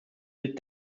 bit